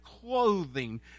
clothing